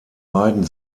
beiden